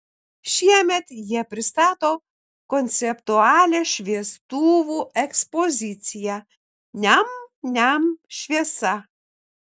šiemet jie pristato konceptualią šviestuvų ekspoziciją niam niam šviesa